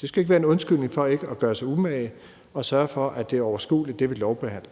Det skal ikke være en undskyldning for ikke at gøre sig umage og sørge for, at det, vi lovbehandler, er overskueligt.